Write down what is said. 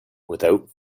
without